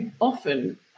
often